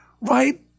right